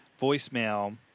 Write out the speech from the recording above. voicemail